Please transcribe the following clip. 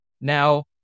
Now